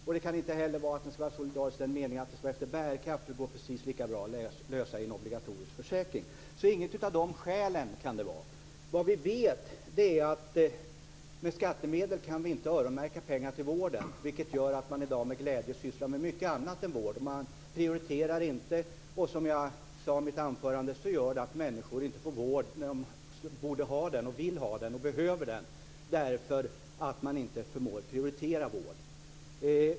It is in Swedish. Och det kan inte heller vara att vården skall vara solidarisk i den meningen att den skall betalas efter bärkraft - det går precis lika bra med en obligatorisk försäkring. Det kan alltså inte vara av något av dessa skäl. Vad vi vet är att det genom skattemedel inte går att öronmärka pengar till vården, vilket gör att man i dag med glädje sysslar med mycket annat än vård. Man förmår inte prioritera vården. Det gör - som jag sade i mitt anförande - att människor inte får vård när de vill ha, borde ha och behöver vård.